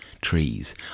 trees